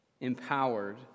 empowered